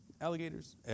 alligators